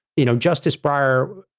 you know, justice breyer,